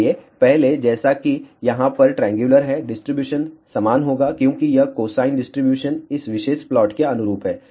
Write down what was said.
इसलिए पहले जैसा कि यहां पर ट्रायंगुलर है डिस्ट्रीब्यूशन समान होगा क्योंकि यह कोसाइन डिस्ट्रीब्यूशन इस विशेष प्लॉट के अनुरूप है